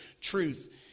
truth